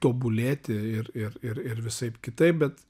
tobulėti ir ir ir ir visaip kitaip bet